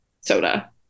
soda